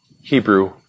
Hebrew